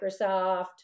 Microsoft